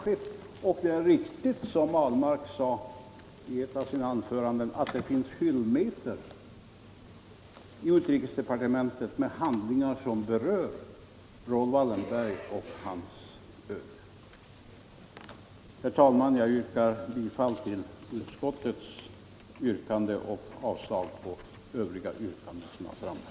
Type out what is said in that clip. Det är riktigt som herr Ahlmark sade i ett av sina anföranden att på utrikesdepartementet finns hyllmetrar med handlingar som berör Raoul Wallenberg och hans öde. Herr talman! Jag yrkar bifall till utskottets hemställan och avslag på övriga förslag.